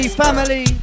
family